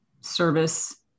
service